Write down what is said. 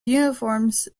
uniforms